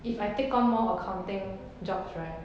if I take on more accounting jobs